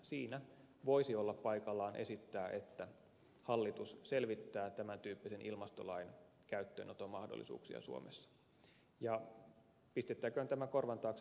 siinä voisi olla paikallaan esittää että hallitus selvittää tämän tyyppisen ilmastolain käyttöönoton mahdollisuuksia suomessa ja pistettäköön tämä korvan taakse